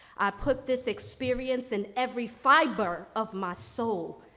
i put this experience in every fiber of my soul.